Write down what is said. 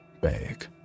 bag